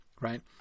right